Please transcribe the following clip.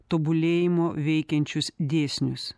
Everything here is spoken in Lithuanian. tobulėjimo veikiančius dėsnius